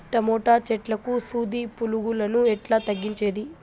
Tomato చెట్లకు సూది పులుగులను ఎట్లా తగ్గించేది?